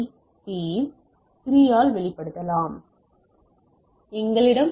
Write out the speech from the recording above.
பியில் 3 ஆல் வெளிப்படுத்தலாம் விஷயங்களை அடிப்படையாகக் கொண்டது